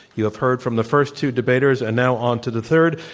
you have heard from the first two debaters and now onto the third.